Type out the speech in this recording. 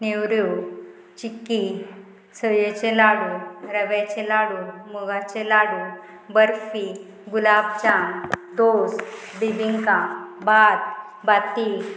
नेवऱ्यो चिक्की सयेचे लाडू रव्याचें लाडू मुगाचे लाडू बर्फी गुलाब जाम दोस बिबिंका भात बाती